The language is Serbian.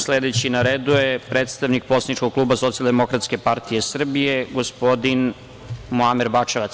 Sledeći na redu je predstavnik poslaničkog kluba Socijaldemokratske partije Srbije, gospodin Muamer Bačevac.